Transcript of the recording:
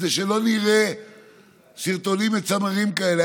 כדי שלא נראה סרטונים מצמררים כאלה.